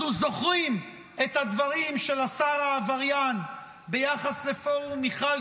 אנחנו זוכרים את הדברים של השר העבריין ביחס לפורום מיכל